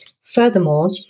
Furthermore